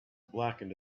blackened